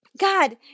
God